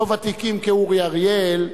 לא ותיקים כאורי אריאל,